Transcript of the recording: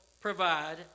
provide